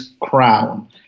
crown